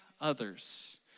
others